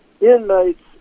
inmates